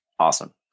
Awesome